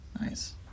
Nice